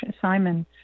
Simon